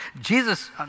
Jesus